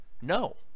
No